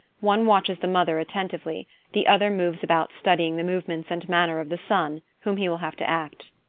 one watches the mother attentively the other moves about study ing the movements and manner of the son whom he will have to act.